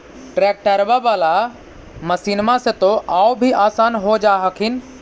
ट्रैक्टरबा बाला मसिन्मा से तो औ भी आसन हो जा हखिन?